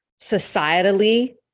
societally